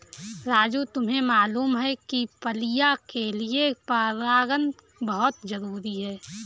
राजू तुम्हें मालूम है फलियां के लिए परागन बहुत जरूरी है